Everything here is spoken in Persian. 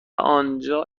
آنجا